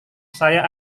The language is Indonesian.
saya